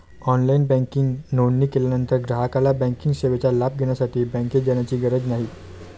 online banking नोंदणी केल्यानंतर ग्राहकाला बँकिंग सेवेचा लाभ घेण्यासाठी बँकेत जाण्याची गरज नाही